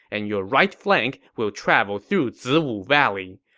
and your right flank will travel through ziwu valley.